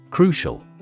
Crucial